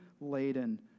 laden